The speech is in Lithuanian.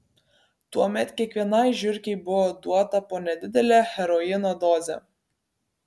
tuomet kiekvienai žiurkei buvo duota po nedidelę heroino dozę